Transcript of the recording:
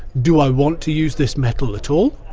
do i want to use this metal at all?